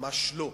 ממש לא.